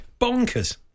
Bonkers